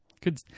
Good